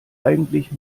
eigentlich